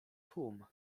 tłum